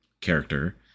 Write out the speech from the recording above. character